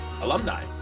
alumni